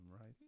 right